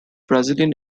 brazilian